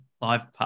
live